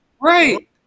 Right